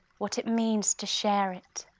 what it means to share it,